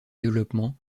développement